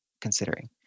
considering